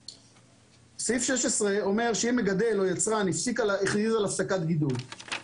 סעיף 16 אומר שאם מגדל או יצר הכריז על הפסקת גידול,